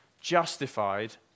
justified